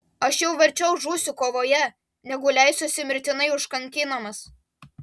aš jau verčiau žūsiu kovoje negu leisiuosi mirtinai užkankinamas